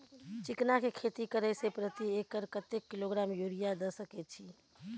चिकना के खेती करे से प्रति एकर कतेक किलोग्राम यूरिया द सके छी?